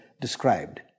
described